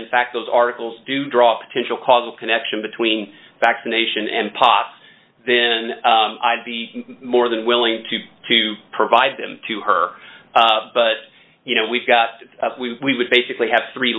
in fact those articles do draw potential causal connection between vaccination and pos then i'd be more than willing to to provide them to her but you know we've got to we would basically have three